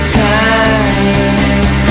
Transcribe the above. time